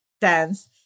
dance